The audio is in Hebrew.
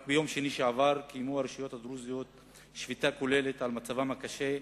רק ביום שני שעבר קיימו הרשויות הדרוזיות שביתה כללית בגלל מצבן הקשה,